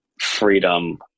freedom